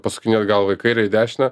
pasukinėt galvą į kairę į dešinę